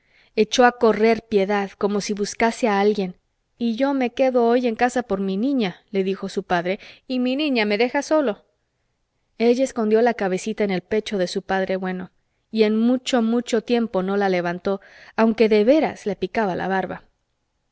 echó a correr piedad como si buscase a alguien y yo me quedo hoy en casa por mi niña le dijo su padre y mi niña me deja solo ella escondió la cabecita en el pecho de su padre bueno y en mucho mucho tiempo no la levantó aunque de veras le picaba la barba